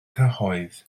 cyhoedd